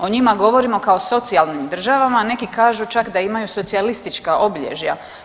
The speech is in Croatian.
O njima govorimo kao socijalnim državama, neki kažu čak da imaju socijalistička obilježja.